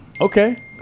Okay